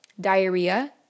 diarrhea